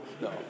No